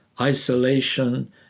isolation